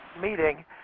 meeting